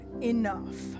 enough